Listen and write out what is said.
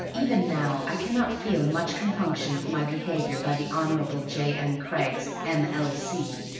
even now i cannot feel much compunction for my behavior by the hon. j. m. craggs, m l c.